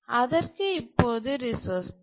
அதற்கு இப்போது ரிசோர்ஸ் தேவை